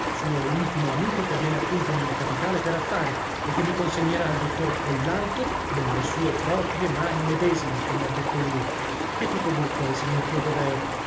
suo intimo amico che viene appunto nella capitale per affari e che mi consegnerà al dottor collalto nelle sue proprie mani medesime come ha detto lui che tipo buffo è il signor clodoveo